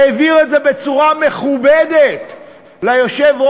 והעביר את זה בצורה מכובדת ליושב-ראש,